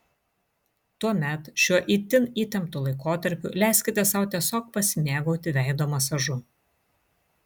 tuomet šiuo itin įtemptu laikotarpiu leiskite sau tiesiog pasimėgauti veido masažu